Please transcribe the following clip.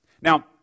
Now